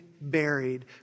buried